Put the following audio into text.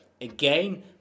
Again